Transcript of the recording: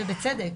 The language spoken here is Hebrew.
ובצדק,